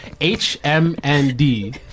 h-m-n-d